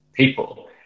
people